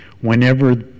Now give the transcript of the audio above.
whenever